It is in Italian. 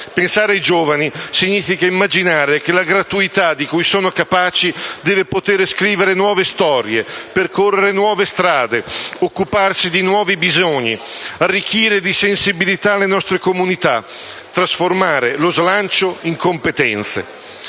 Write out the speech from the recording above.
Pensare ai giovani significa immaginare che la gratuità di cui sono capaci deve potere scrivere nuove storie, percorrere nuove strade, occuparsi di nuovi bisogni, arricchire di sensibilità le nostre comunità, trasformare lo slancio in competenze.